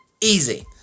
Easy